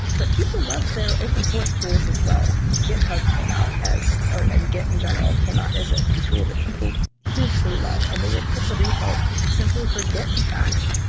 but people love their open source tools as well. github came out as or and git in general came out as a tool that people hugely love and they will pick a repo simply for git in face.